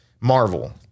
Marvel